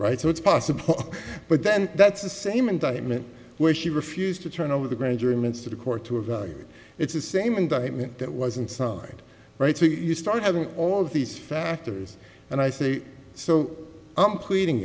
right so it's possible but then that's the same indictment where she refused to turn over the grand jury minutes to the court to have it's the same indictment that wasn't signed right so you start having all these factors and i say so i'm pleading